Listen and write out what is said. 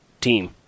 team